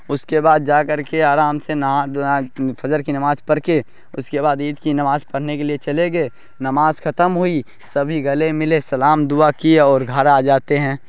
اس کے بعد جا کر کے آرام سے نہا دھونا فجر کی نماز پڑھ کے اس کے بعد عید کی نماز پڑھنے کے لیے چلے گئے نماز ختم ہوئی سبھی گلے ملے سلام دعا کیے اور گھر آ جاتے ہیں